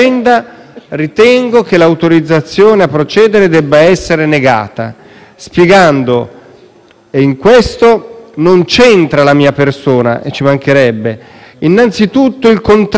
«in questo non c'entra la mia persona» (ci mancherebbe). «Innanzitutto il contrasto all'immigrazione clandestina corrisponde a un preminente interesse pubblico»,